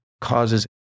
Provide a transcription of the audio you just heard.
causes